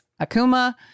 Akuma